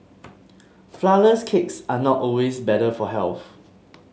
flourless cakes are not always better for health